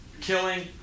killing